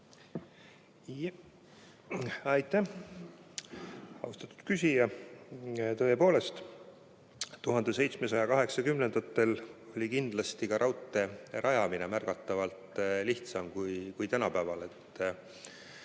Aitäh! Austatud küsija! Tõepoolest, 1870. aastatel oli kindlasti ka raudtee rajamine märgatavalt lihtsam kui tänapäeval.